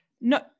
no